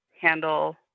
handle